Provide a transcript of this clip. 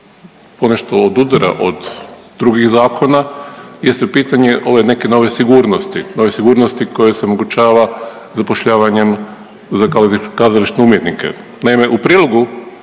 ponešto odudara od drugih zakona jeste pitanje ove neke nove sigurnosti, nove sigurnosti koja se omogućava zapošljavanjem za kazališne umjetnike. Naime, u prilogu